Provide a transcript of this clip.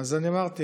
אז אמרתי,